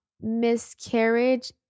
miscarriage